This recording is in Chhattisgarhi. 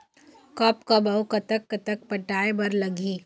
कब कब अऊ कतक कतक पटाए बर लगही